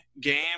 game